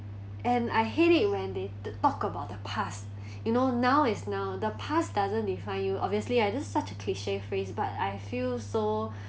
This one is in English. and I hate it when they t~ talk about the past you know now is now the past doesn't define you obviously I just such a cliche phrase but I feel so